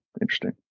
Interesting